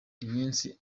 iminsi